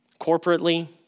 Corporately